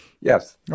Yes